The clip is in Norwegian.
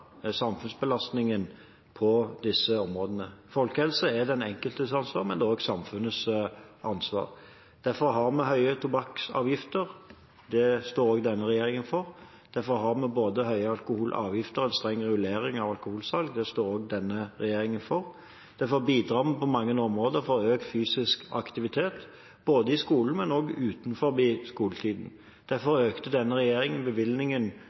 samfunnsbelastningen på disse områdene. Folkehelse er den enkeltes ansvar, men det er også samfunnets ansvar. Derfor har vi høye tobakksavgifter – det står også denne regjeringen for. Derfor har vi både høye alkoholavgifter og en streng regulering av alkoholsalg – det står også denne regjeringen for. Derfor bidrar vi på mange områder for økt fysisk aktivitet både i skolen og utenfor skoletiden. Derfor økte denne regjeringen bevilgningen